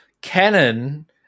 Canon